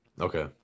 Okay